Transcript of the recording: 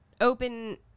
open